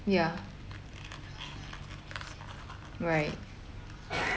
ya right